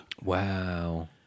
Wow